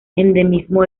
endemismo